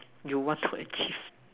you want to achieve